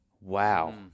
Wow